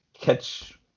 Catch